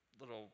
little